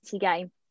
game